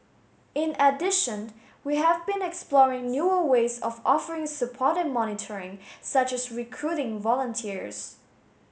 in addition we have been exploring newer ways of offering support and monitoring such as recruiting volunteers